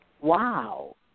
wow